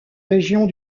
régions